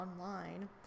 online